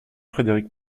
frédéric